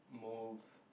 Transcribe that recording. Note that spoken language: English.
moulds